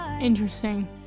Interesting